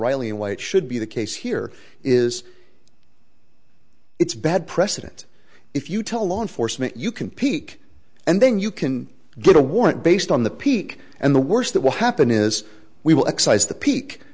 riley and why it should be the case here is it's a bad precedent if you tell law enforcement you can peak and then you can get a warrant based on the peak and the worst that will happen is we will excise the peak